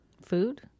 food